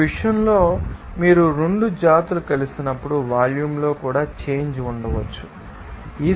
ఈ విషయంలో మీరు 2 జాతులు కలిసినప్పుడు వాల్యూమ్లో కూడా చేంజ్ ఉండవచ్చునని గుర్తుంచుకోవాలి